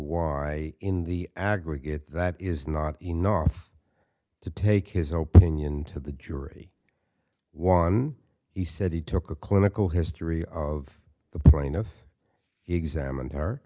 why in the aggregate that is not enough to take his opening into the jury one he said he took a clinical history of the plaintiff examined her